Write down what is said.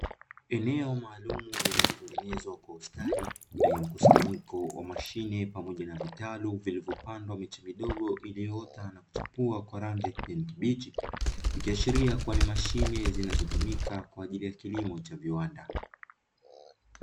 Eneo maalumu lilotengenezwa kwa ustadi lenye mkusanyiko wa mashine pamoja na vitalu vilivo pandwa miche midogo iliyoota na kuchipua kwa rangi ya kijani kibichi, ikiashiria kuwa ni mashine zinazotumika kwaajili ya kilimo cha viwanda.